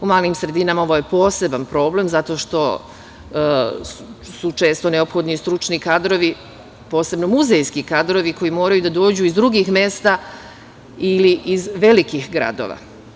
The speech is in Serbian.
U malim sredinama ovo je poseban problem, zato što su često neophodni stručni kadrovi, posebno muzejski kadrovi, koji moraju da dođu iz drugih mesta ili iz velikih kadrova.